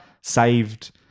saved